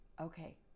Okay